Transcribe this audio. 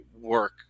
work